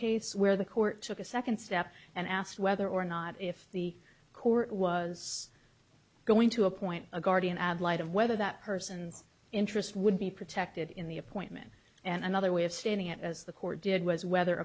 case where the court took a second step and asked whether or not if the court was going to appoint a guardian ad litem whether that person's interest would be protected in the appointment and another way of standing it as the court did was whether